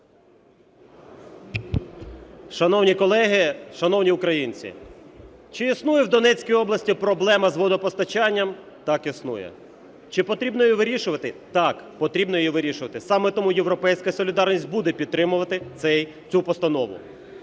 Шановні колеги, шановні українці! Чи існує в Донецькій області проблема з водопостачанням? Так, існує. Чи потрібно її вирішувати? Так, потрібно її вирішувати. Саме тому ""Європейська солідарність" буде підтримувати цю постанову.